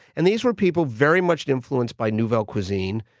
and these were people very much influenced by nouvelle cuisine,